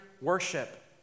worship